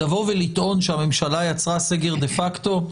לטעון שהממשלה יצרה סגר דה-פקטו?